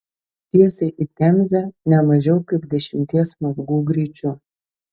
tiesiai į temzę ne mažiau kaip dešimties mazgų greičiu